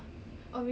see all of them